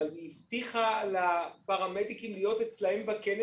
אבל היא הבטיחה לפרמדיקים להיות אצלם בכנס